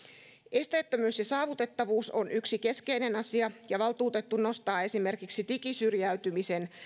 esteettömyys ja saavutettavuus on yksi keskeinen asia valtuutettu nostaa esimerkiksi digisyrjäytymisen